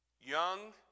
Young